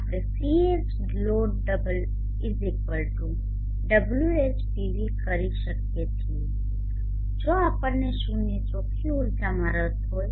આપણે WhloadWhpv કરી શકીએ છીએ જો આપણને શૂન્ય ચોખ્ખી ઊર્જામાં રસ હોય